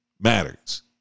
matters